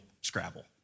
Scrabble